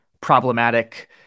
problematic